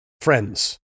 friends